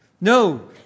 no